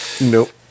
Nope